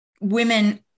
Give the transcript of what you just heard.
women